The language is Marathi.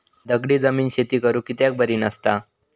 दगडी जमीन शेती करुक कित्याक बरी नसता?